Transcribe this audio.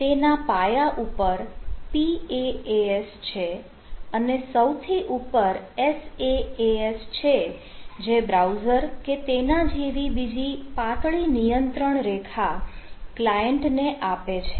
તેના પાયા ઉપર PaaS છે અને સૌથી ઉપર SaaS છે જે બ્રાઉઝર કે તેના જેવી બીજી પાતળી નિયંત્રણ રેખા ક્લાયન્ટને આપે છે